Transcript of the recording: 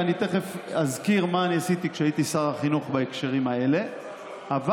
ואני תכף אזכיר מה עשיתי בהקשרים האלה כשהייתי שר החינוך,